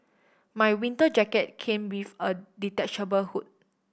my winter jacket came with a detachable hood